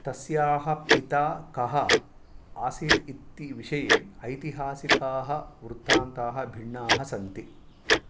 तस्याः पिता कः आसीत् इति विषये ऐतिहासिकाः वृत्तान्ताः भिन्नाः सन्ति